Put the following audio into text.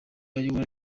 ayobora